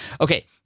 Okay